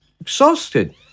Exhausted